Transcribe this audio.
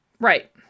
Right